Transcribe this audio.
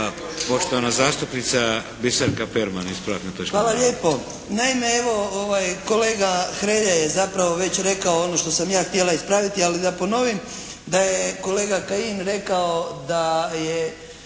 navoda. **Perman, Biserka (SDP)** Hvala lijepo. Naime evo kolega Hrelja je zapravo već rekao ono što sam ja htjela ispraviti, ali da ponovim da je kolega Kajin rekao da je